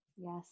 Yes